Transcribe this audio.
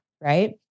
Right